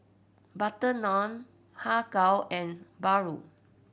butter naan Har Kow and paru